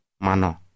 mano